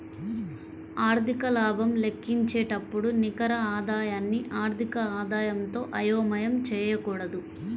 ఆర్థిక లాభం లెక్కించేటప్పుడు నికర ఆదాయాన్ని ఆర్థిక ఆదాయంతో అయోమయం చేయకూడదు